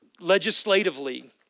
legislatively